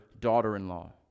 daughter-in-law